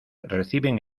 reciben